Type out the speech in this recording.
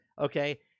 okay